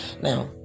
Now